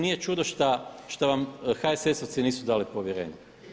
Nije čudo šta vam HSS-ovci nisu dali povjerenje.